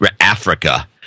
Africa